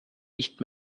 nicht